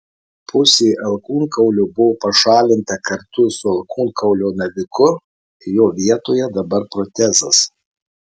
pusė alkūnkaulio buvo pašalinta kartu su alkūnkaulio naviku jo vietoje dabar protezas